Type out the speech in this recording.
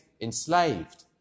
enslaved